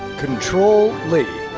control le.